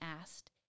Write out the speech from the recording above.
asked